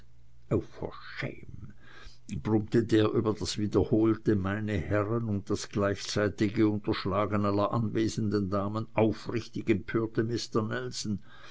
brummte der über das wiederholte meine herren und das gleichzeitige unterschlagen aller anwesenden damen aufrichtig empörte mister nelson